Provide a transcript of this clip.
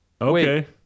Okay